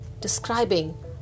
describing